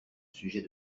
sujet